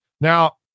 now